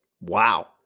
Wow